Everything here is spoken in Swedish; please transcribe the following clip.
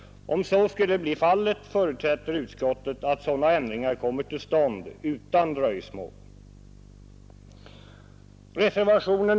Om så skulle bli fallet förutsätter utskottet att sådana ändringar kommer till stånd utan dröjsmål.